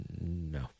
No